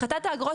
הפחתת האגרות,